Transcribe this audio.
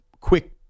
quick